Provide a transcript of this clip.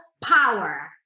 power